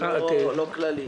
לא באופן כללי.